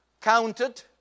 counted